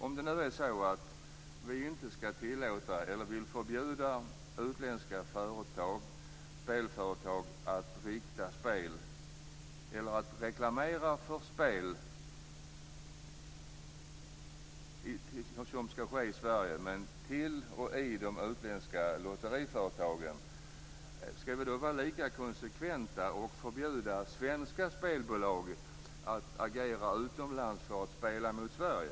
Om det nu är så att vi vill förbjuda utländska spelföretag att göra reklam för spel som skall ske i Sverige, skall vi då vara konsekventa och förbjuda svenska spelbolag att agera utomlands för spel i Sverige?